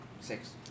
Six